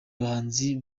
bahanzi